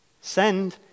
Send